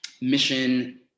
Mission